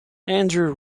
andrew